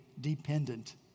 dependent